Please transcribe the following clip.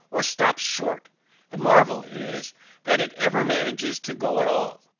or stops short the marvel is that it ever manages to go at all.